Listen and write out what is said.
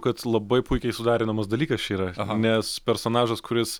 kad labai puikiai suderinamas dalykas čia yra nes personažas kuris